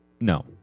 No